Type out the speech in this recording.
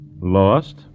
Lost